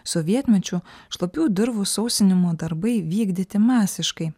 sovietmečiu šlapių dirvų sausinimo darbai vykdyti masiškai